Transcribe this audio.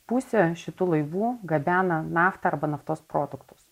pusė šitų laivų gabena naftą arba naftos produktus